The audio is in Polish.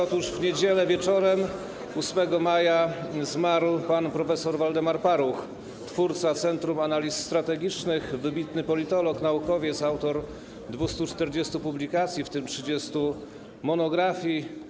Otóż w niedzielę wieczorem, 8 maja, zmarł pan prof. Waldemar Paruch, twórca Centrum Analiz Strategicznych, wybitny politolog, naukowiec, autor 240 publikacji, w tym 30 monografii.